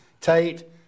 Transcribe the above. Tate